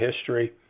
history